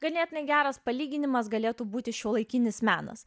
ganėtinai geras palyginimas galėtų būti šiuolaikinis menas